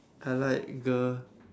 I like girl